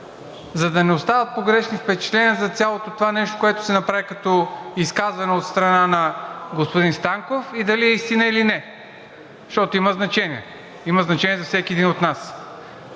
за да не остават погрешни впечатления за цялото това нещо, което се направи като изказване от страна на господин Станков, и дали е истина или не, защото има значение, има значение за всеки един от нас.